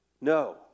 No